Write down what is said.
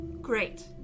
Great